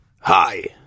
Hi